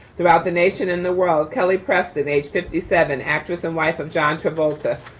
throughout the nation and the world kelly preston, aged fifty seven, actress and wife of john travolta,